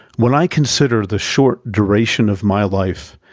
when i consider the short duration of my life,